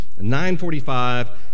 9.45